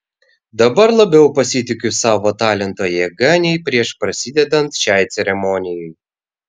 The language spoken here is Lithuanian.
dabar labiau pasitikiu savo talento jėga nei prieš prasidedant šiai ceremonijai